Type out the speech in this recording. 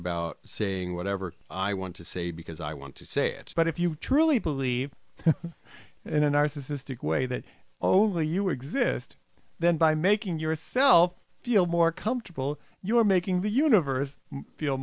about saying whatever i want to say because i want to say it but if you truly believe in a narcissistic way that only you exist then by making yourself feel more comfortable you are making the universe feel